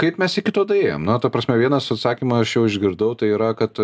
kaip mes iki to daėjom na ta prasme vienas atsakymą aš jau išgirdau tai yra kad